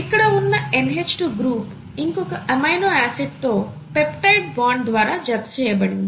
ఇక్కడ ఉన్న NH2 group ఇంకొక ఎమినో ఆసిడ్ తో పెప్టైడ్ బాండ్ ద్వారా జత చేయబడింది